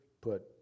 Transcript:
put